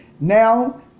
now